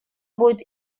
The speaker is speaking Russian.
будет